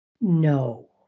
No